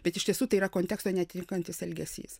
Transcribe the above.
bet iš tiesų tai yra konteksto neatitinkantis elgesys